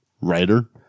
writer